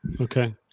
Okay